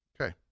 okay